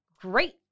great